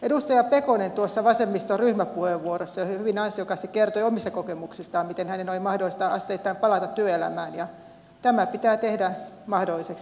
edustaja pekonen vasemmiston ryhmäpuheenvuorossa hyvin ansiokkaasti kertoi omista kokemuksistaan miten hänen oli mahdollista asteittain palata työelämään ja tämä pitää tehdä mahdolliseksi